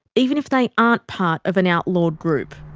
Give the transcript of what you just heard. even if they aren't part of an outlawed group.